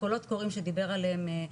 הקולות קוראים שדיבר עליהם,